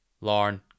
Lauren